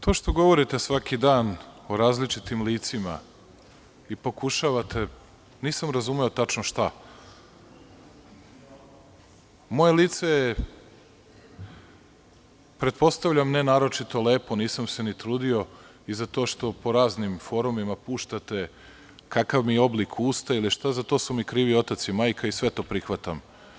To što govorite svaki dan o različitim licima, i pokušavate, nisam razumeo tačno šta, moje lice je, pretpostavljam, ne naročito lepo, nisam se ni trudio, i za to što po raznim forumima puštate kakav mi oblik usta ili šta, za to su mi krivi otac i majka i sve to prihvatam.